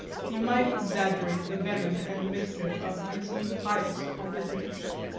he might exaggerate the venom and mischief of his impious compositions.